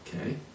Okay